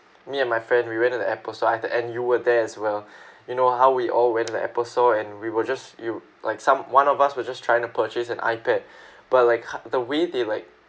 me and my friend we went to the Apple store I think and you were there as well you know how we all went to the Apple store and we were just you like some one of us were just trying to purchase an I_pad but like the way they like